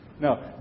No